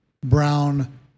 brown